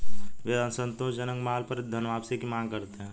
वे असंतोषजनक माल पर धनवापसी की मांग करते हैं